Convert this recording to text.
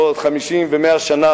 בעוד 50 ו-100 שנה,